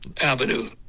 Avenue